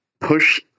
push